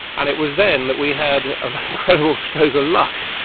and it was then that we had an incredible stroke of luck,